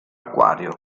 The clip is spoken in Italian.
acquario